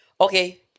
Okay